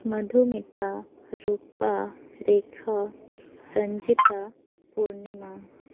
Madhumita Rupa Rekha Sanjita Purnima